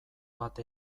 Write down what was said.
bat